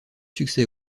succès